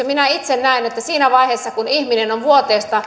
minä itse näen että siinä vaiheessa kun ihminen on vuoteen